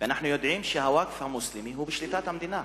ואנחנו יודעים שהווקף המוסלמי הוא בשליטת המדינה.